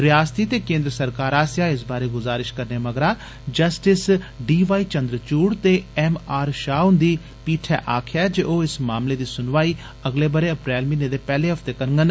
रिआसती ते केन्द्र सरकार आसेआ इस बारै गुजारिश करने मगरा जस्टिस डी वाई चंद्रचूड़ ते एम आर शाह ह्ंदी पीठै आखेआ जे ओह् इस मामले दी सुनवाई अगले बरे अप्रैल म्हीने दे पैहले हफ्ते करडन